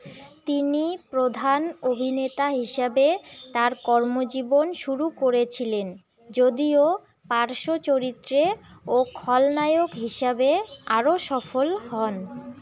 তিনি প্রধান অভিনেতা হিসাবে তার কর্মজীবন শুরু করেছিলেন যদিও পার্শ্বচরিত্রে ও খলনায়ক হিসাবে আরও সফল হন